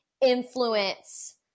influence